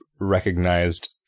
recognized